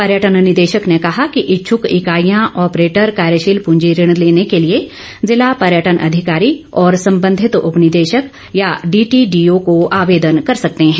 पर्यटन निदेशक ने कहा कि इच्छुक इकाईयां आपरेटर कार्यशील प्रंजी ऋण लेने के लिए जिला पर्यटन अधिकारी और संबंधित उपनिदेशक या डीटीडीओ को आवेदन कर सकते हैं